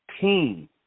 Team